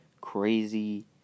crazy